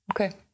Okay